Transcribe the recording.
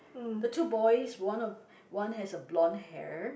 the two boys one of one has a blonde hair